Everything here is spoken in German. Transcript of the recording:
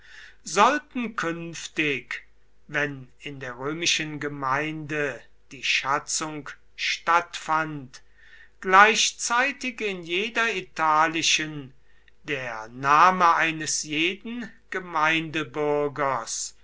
sollten künftig wenn in der römischen gemeinde die schatzung stattfand gleichzeitig in jeder italischen der name eines jeden